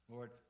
Lord